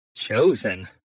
Chosen